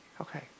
Okay